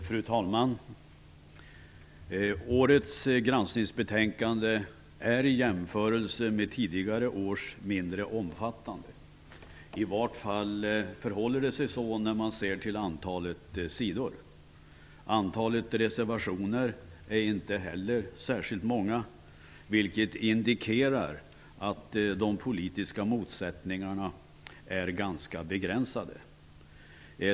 Fru talman! Årets granskning är i jämförelse med tidigare års granskning mindre omfattande. I vart fall förhåller det sig så om man ser till antalet sidor. Antalet reservationer är inte heller särskilt många, vilket indikerar att de politiska motsättningarna är ganska begränsade.